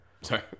Sorry